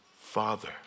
Father